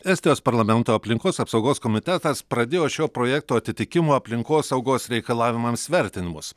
estijos parlamento aplinkos apsaugos komitetas pradėjo šio projekto atitikimo aplinkosaugos reikalavimams vertinimus